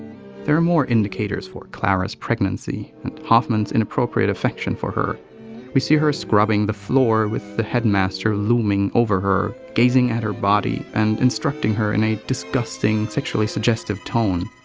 there are more indications for clara's pregnancy and hoffman's inappropriate affection for her we see her scrubbing the floor with the headmaster looming over her, gazing at her body and instructing her in a disgusting, sexually suggestive tone.